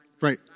Right